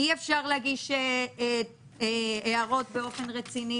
אי-אפשר להגיש הערות באופן רציני.